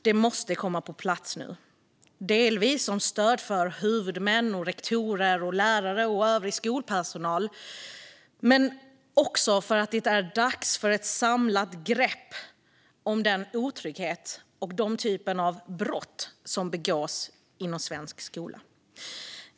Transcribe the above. Det måste komma på plats nu, delvis som stöd för huvudmän, rektorer, lärare och övrig skolpersonal men också för att det är dags för ett samlat grepp om den otrygghet och den typ av brott som begås inom svensk skola.